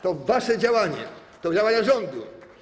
To wasze działania, to działania rządu.